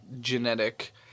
genetic